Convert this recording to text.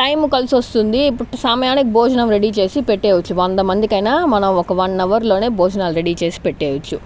time కలిసి వస్తుంది ఇప్పుడు సమయానికి భోజనం రెడీ చేసి పెట్టెయ్యొచ్చు వందమందికైనా మనం ఒక వన్ అవర్లోనే భోజనాలు రెడీ చేసి పెట్టేయొచ్చు